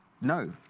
No